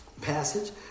passage